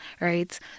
Right